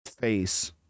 face